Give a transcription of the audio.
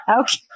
Okay